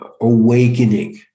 awakening